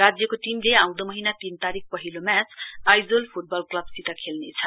राज्यको टीमले आँउदो महीना तीन तारीक पहिलो म्याच आइजोल फुटबल क्लबसित खेल्नेछ